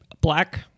Black